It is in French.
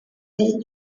vie